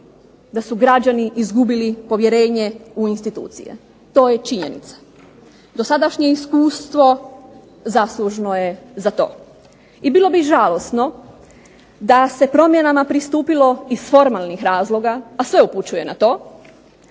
da su građani izgubili povjerenje u institucije. To je činjenica. Dosadašnje iskustvo zaslužno je za to. I bilo bi žalosno da se promjenama pristupilo iz formalnih razloga, a sve upućuje na to,